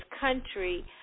country